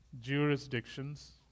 jurisdictions